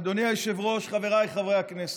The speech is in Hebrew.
אדוני היושב-ראש, חבריי חברי הכנסת,